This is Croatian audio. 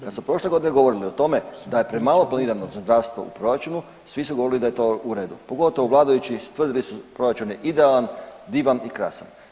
Kad smo prošle godine govorili o tome da je premalo planirano za zdravstvo u proračunu svi su govorili da je to u redu, pogotovo vladajući tvrdili su proračun je idealan, divan i krasan.